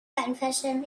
confession